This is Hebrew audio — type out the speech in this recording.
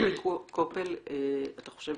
דודי קופל אתה חושב